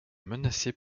menacés